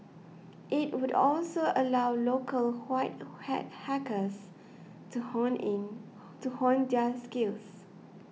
it would also allow local white hat hackers to hone in to hone their skills